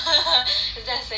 is there a saying like that